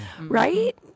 Right